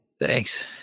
Thanks